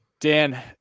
Dan